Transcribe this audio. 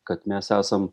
kad mes esam